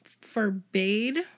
forbade